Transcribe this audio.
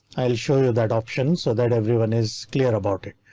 i'll show you that option so that everyone is clear about it.